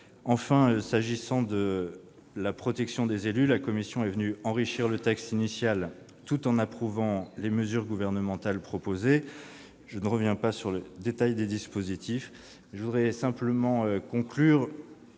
Enfin, s'agissant de la protection des élus, la commission a enrichi le texte initial tout en approuvant les mesures gouvernementales proposées. Je ne reviens pas dans le détail sur les dispositifs. Pour conclure,